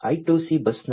I2C ಬಸ್ನಲ್ಲಿ